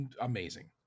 amazing